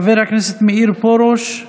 חבר הכנסת מאיר פרוש,